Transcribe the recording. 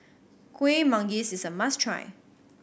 Kuih Manggis is a must try